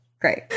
great